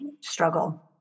struggle